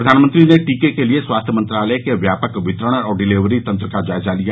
प्रधानमंत्री ने टीके के लिए स्वास्थ्य मंत्रालय के व्यापक वितरण और डिलिवरी तंत्र का जायजा लिया